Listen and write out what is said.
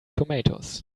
tomatoes